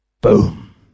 Boom